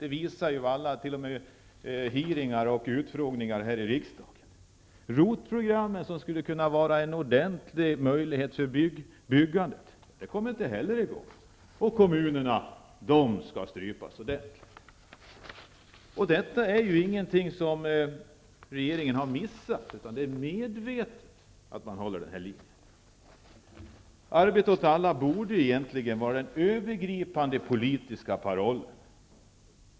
Det visar t.o.m. utfrågningar här i riksdagen. ROT-programmet, som skulle kunna vara en ordentlig möjlighet för byggandet, kom inte heller i gång, och pengarna till kommunerna skall strypas. Detta är ingenting som regeringen har missat, utan den håller medvetet denna linje. Arbete åt alla borde egentligen vara den övergripande politiska parollen.